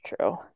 true